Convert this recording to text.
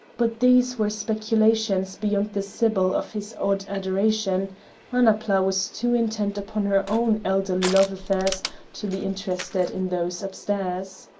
but these were speculations beyond the sibyl of his odd adoration annapla was too intent upon her own elderly love-affairs to be interested in those upstairs.